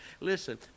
Listen